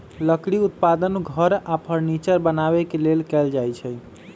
लकड़ी उत्पादन घर आऽ फर्नीचर बनाबे के लेल कएल जाइ छइ